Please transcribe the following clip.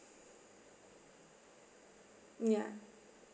ya